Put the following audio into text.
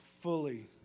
fully